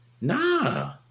Nah